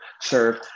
serve